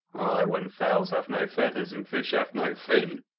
ay, when fowls have no feathers and fish have no fin.